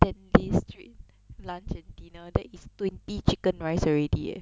ten days straight lunch and dinner that is twenty chicken rice already leh